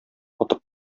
атып